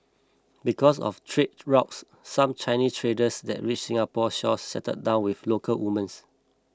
because of trade routes some Chinese traders that reached Singapore's shores settled down with local women